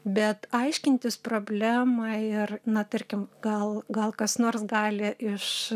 bet aiškintis problemą ir na tarkim gal gal kas nors gali iš